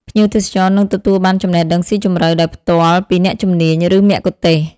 ភ្ញៀវទេសចរនឹងទទួលបាន ចំណេះដឹងស៊ីជម្រៅ ដោយផ្ទាល់ពីអ្នកជំនាញ ឬមគ្គុទ្ទេសក៍។